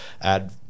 add